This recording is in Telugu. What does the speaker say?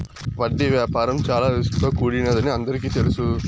వడ్డీ వ్యాపారం చాలా రిస్క్ తో కూడినదని అందరికీ తెలుసు